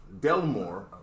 Delmore